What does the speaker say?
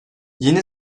yeni